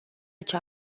cea